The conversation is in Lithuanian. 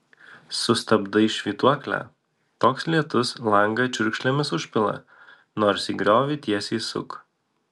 sustabdai švytuoklę toks lietus langą čiurkšlėmis užpila nors į griovį tiesiai suk